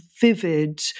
vivid